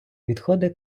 відходи